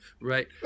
Right